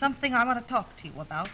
something i want to talk to you without